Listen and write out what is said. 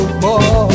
more